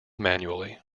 manually